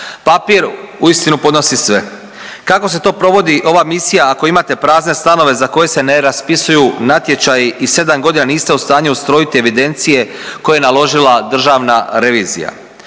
papir uistinu podnosi sve. Kako se to provodi ova misija ako imate prazne stanove za koje se ne raspisuju natječaji i 7.g. niste u stanju ustrojiti evidencije koje je naložila Državna revizija.